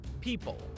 people